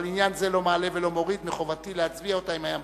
אבל העניין לא מעלה ולא מוריד מחובתי להצביע אותה אם היה מבקש.